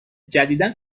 جدیدا